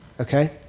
okay